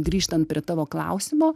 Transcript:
grįžtant prie tavo klausimo